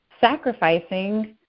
sacrificing